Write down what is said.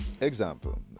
Example